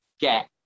get